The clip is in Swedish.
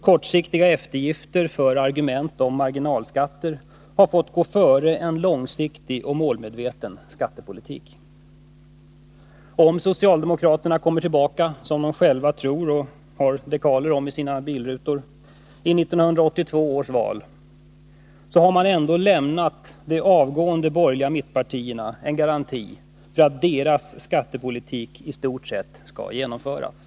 Kortsiktiga eftergifter för argument om marginalskatter har fått gå före en långsiktig och målmedveten skattepolitik. Om socialdemokraterna kommer tillbaka efter 1982 års val — som de själva tror och som de visar genom sina dekaler på bilrutorna —, har man ändå lämnat de avgående borgerliga mittpartierna en garanti för att deras skattepolitik i stort sett skall genomföras.